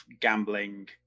gambling